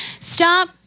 Stop